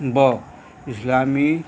इस्लामी